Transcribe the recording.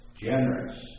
generous